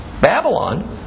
Babylon